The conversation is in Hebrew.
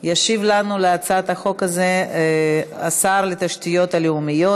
ישיב לנו על הצעת החוק הזו שר התשתיות הלאומיות,